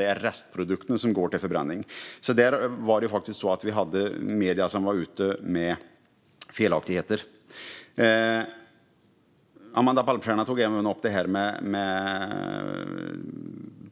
Det är restprodukterna som går till förbränning, så där var det faktiskt så att medier gick ut med felaktigheter. Amanda Palmstierna tog upp det här med